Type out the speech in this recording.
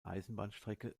eisenbahnstrecke